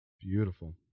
beautiful